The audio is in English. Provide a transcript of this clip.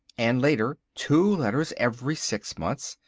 and later two letters every six months,